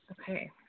Okay